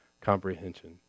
comprehension